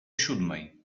siódmej